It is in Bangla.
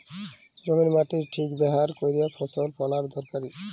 জমির মাটির ঠিক ব্যাভার ক্যইরে ফসল ফলাল দরকারি